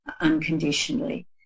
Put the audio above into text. unconditionally